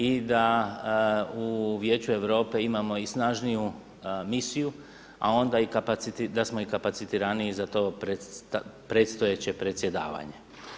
I da u Vijeću Europe imamo i snažniju misiju a onda i da smo i kapacitiraniji za to predstojeće predsjedavanje.